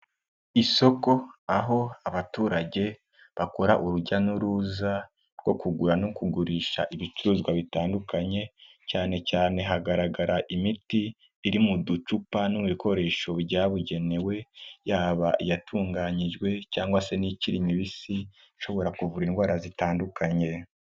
Isoko aho abaturage bakora urujya n'uruza rwo kugura no kugurisha ibicuruzwa bitandukanye, cyane cyane hagaragara imiti iri mu ducupa no mu bikoresho byabugenewe, yaba iyatunganyijwe cyangwa se n'ikiri mibisi ishobora kuvura indwara zitandukanye.